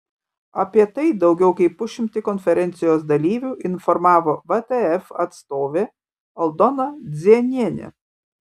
apie tai daugiau kaip pusšimtį konferencijos dalyvių informavo vtf atstovė aldona dzienienė